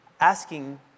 asking